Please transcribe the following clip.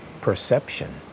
perception